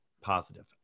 positive